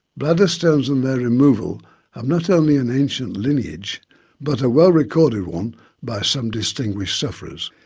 bladder stones and their removal have not only an ancient lineage but a well recorded one by some distinguished sufferers.